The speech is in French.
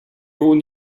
haut